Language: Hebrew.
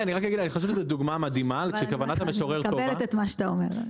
אבל אני מקבלת את מה שאתה אומר.